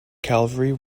cavalry